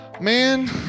Man